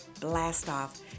Blast-Off